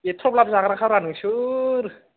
एथ' लाब जाग्राखाब्रा नोंसोर